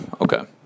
okay